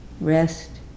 Rest